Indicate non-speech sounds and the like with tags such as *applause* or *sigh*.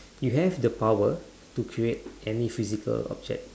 *breath* you have the power to create any physical object